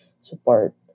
support